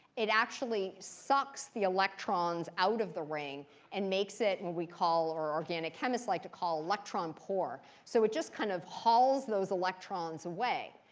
it actually sucks the electrons out of the ring and makes it what and we call, or organic chemists like to call, electron poor. so it just kind of hauls those electrons away.